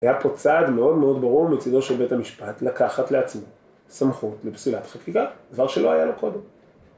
היה פה צעד מאוד מאוד ברור מצידו של בית המשפט לקחת לעצמו סמכות מפסילת חקיקה, דבר שלא היה לו קודם.